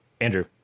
Andrew